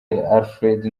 alfred